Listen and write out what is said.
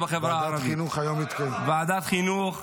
אני נבחר דרך הדמוקרטיה פעם אחר